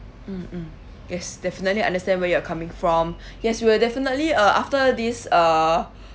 mm mm yes definitely understand where you are coming from yes we'll definitely uh after this uh